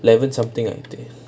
eleven something ஆயிடுது:aayeduthu